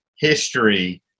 history